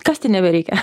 kasti nebereikia